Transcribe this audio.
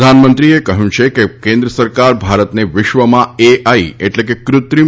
પ્રધાનમંત્રી કહ્યું છે કે કેન્દ્ર સરકાર ભારતને વિશ્વમાં છે એટલે કે કૃત્રિમ